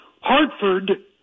Hartford